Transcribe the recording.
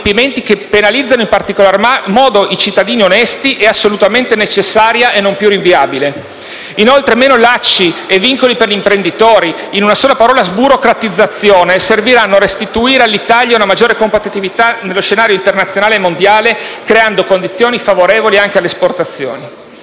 che penalizzano in particolar modo i cittadini onesti, è assolutamente necessaria e non più rinviabile. Inoltre, meno lacci e vincoli per gli imprenditori - in una sola parola, sburocratizzazione - serviranno a restituire all'Italia una maggiore competitività nello scenario internazionale e mondiale, creando condizioni favorevoli anche alle esportazioni.